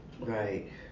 Right